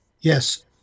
Yes